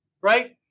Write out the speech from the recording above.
right